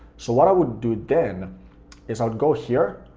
so what i would do then is i would go here,